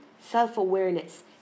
self-awareness